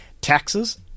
taxes